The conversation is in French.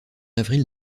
avril